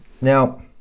now